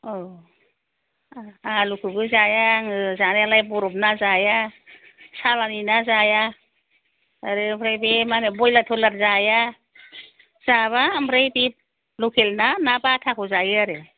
औ आलुखौबो जाया आङो जानायालाय बरफनि ना जाया सालानि ना जाया आरो ओमफ्राय बे मा होनो ब्र'यलार थयलार जाया जाबा ओमफ्राय बे लकेल ना ना बाथाखौ जायो आरो